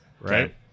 right